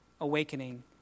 awakening